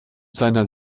seiner